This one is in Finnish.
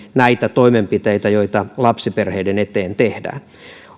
näitä toimenpiteitä joita lapsiperheiden eteen tehdään